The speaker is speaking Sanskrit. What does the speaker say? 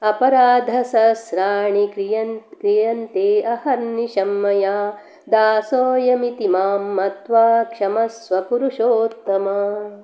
अपराधसहस्राणि क्रियन् क्रियन्तेहर्निशं मया दासोयमिति मां मत्वा क्षमस्व पुरुषोत्तम